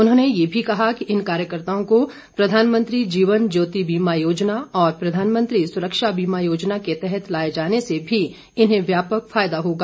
उन्होंने ये भी कहा कि इन कार्यकर्ताओं को प्रधानमंत्री जीवन ज्योति बीमा योजना और प्रधानमंत्री सुरक्षा बीमा योजना के तहत लाए जाने से भी इन्हें व्यापक फायदा होगा